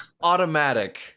Automatic